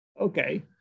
okay